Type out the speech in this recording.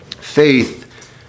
faith